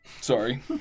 Sorry